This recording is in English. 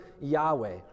Yahweh